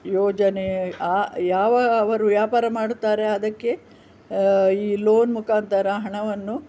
ಯೋಜನೆ ಆ ಯಾವ ಅವರು ವ್ಯಾಪಾರ ಮಾಡುತ್ತಾರೆ ಅದಕ್ಕೆ ಈ ಲೋನ್ ಮುಖಾಂತರ ಹಣವನ್ನು